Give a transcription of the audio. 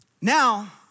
Now